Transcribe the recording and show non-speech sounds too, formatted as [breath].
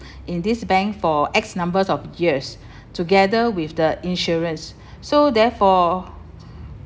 in this bank for X numbers of years [breath] together with the insurance so therefore